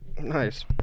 nice